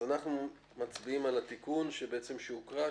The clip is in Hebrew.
מצביעים על התיקון שהוקרא,